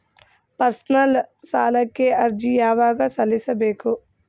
Personal ಸಾಲಕ್ಕೆ ಅರ್ಜಿ ಯವಾಗ ಸಲ್ಲಿಸಬೇಕು?